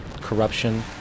corruption